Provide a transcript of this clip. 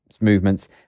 movements